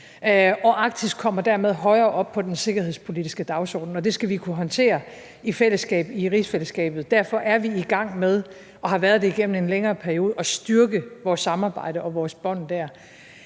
og Arktis kommer dermed højere op på den sikkerhedspolitiske dagsorden. Det skal vi kunne håndtere i fællesskab i rigsfællesskabet. Derfor er vi i gang med og har været det igennem en længere periode at styrke vores samarbejde og bånd.